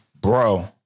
Bro